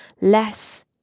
less